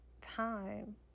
time